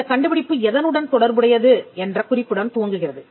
இந்தக் கண்டுபிடிப்பு எதனுடன் தொடர்புடையது என்ற குறிப்புடன் துவங்குகிறது